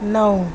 नौ